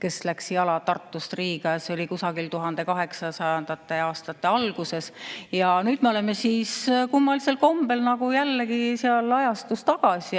kes läks jala Tartust Riiga. See oli kusagil 1800. aastate alguses, aga nüüd me oleme kummalisel kombel nagu jällegi seal ajastus tagasi.